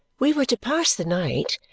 we were to pass the night,